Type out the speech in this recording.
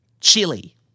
chili